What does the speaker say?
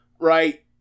right